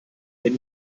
wenn